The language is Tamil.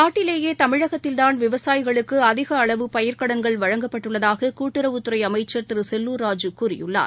நாட்டிலேயேதமிழகத்தில்தான் விவசாயிகளுக்குஅதிகஅளவு பயிர் கடன் வழங்கப்பட்டுள்ளதாககூட்டுறவுத்துறைஅமைச்சர் திருசெல்லூர் ராஜூ கூறியுள்ளார்